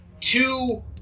two